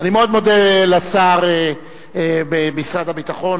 אני מאוד מודה לשר במשרד הביטחון,